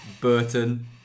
Burton